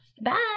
Bye